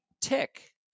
tick